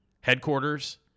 headquarters